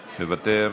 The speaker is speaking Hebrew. מוותר,